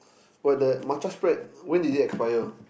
but the matcha spread when doe it expire